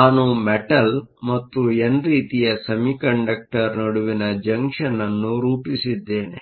ಆದ್ದರಿಂದ ನಾವು ಮೆಟಲ್ ಮತ್ತು ಎನ್ ರೀತಿಯ ಸೆಮಿಕಂಡಕ್ಟರ್ ನಡುವಿನ ಜಂಕ್ಷನ್ ಅನ್ನು ರೂಪಿಸಿದ್ದೇವೆ